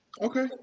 Okay